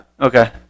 Okay